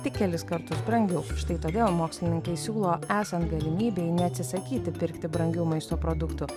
tik kelis kartus brangiau štai todėl mokslininkai siūlo esant galimybei neatsisakyti pirkti brangių maisto produktų